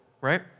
right